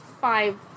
five